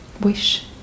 wish